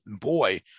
boy